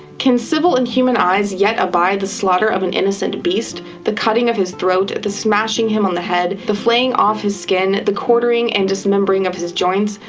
can civil and human eyes yet abide the slaughter of an innocent beast, the cutting of his throat, the smashing him on the head, the flaying off his skin, the quartering and dismembering of his joints,